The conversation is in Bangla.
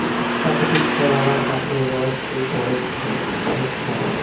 প্রাকৃতিক রাবার গাছের রস সেই তরল থেকে উদ্ভূত হয়